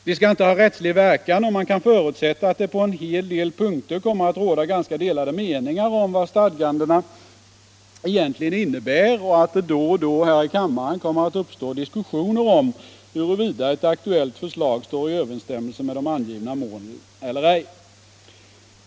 De skall inte ha rättslig verkan, och man kan förutsätta att det på en hel del punkter kommer at: råda ganska delade meningar om vad stadgandena egentligen innebär och att det då och då här i kammaren kommer att uppstå diskussioner om huruvida ett aktuellt förslag står i överensstämmelse med de angivna målen eller ej.